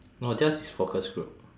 no theirs is focus group